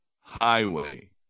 highway